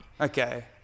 Okay